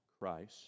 Christ